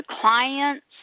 clients